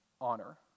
honor